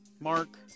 Mark